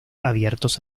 abiertos